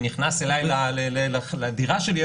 נכנס אליי לדירה שלי,